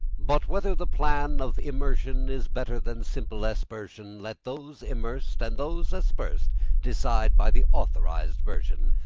but whether the plan of immersion is better than simple aspersion let those immersed and those aspersed decide by the authorized version,